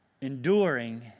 enduring